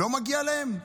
לא מגיע להם?